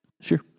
Sure